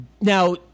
now